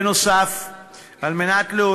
נוסף על כך,